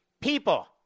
people